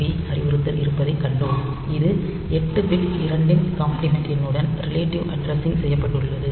B அறிவுறுத்தல் இருப்பதைக் கண்டோம் இது 8 பிட் 2 இன் காம்ப்ளிமெண்ட் எண்ணுடன் ரிலெட்டிவ் அட்ரஸிங் செய்யப்பட்டுள்ளது